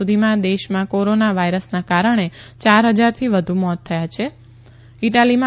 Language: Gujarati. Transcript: સુધીમાં દેશમાં કોરોના વાયરસના કારણે યાર ફજારથી વધુ મોત થઈ યૂક્યા છેઇટાલીમાં